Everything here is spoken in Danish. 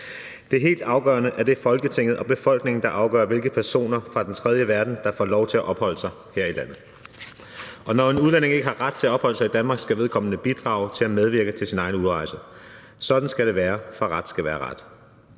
er helt afgørende, at det er Folketinget og befolkningen, der afgør, hvilke personer fra den tredje verden der får lov til at opholde sig her i landet, og når en udlænding ikke har ret til at opholde sig i Danmark, skal vedkommende bidrage til at medvirke til sin egen udrejse. Sådan skal det være, for ret skal være ret.